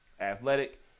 athletic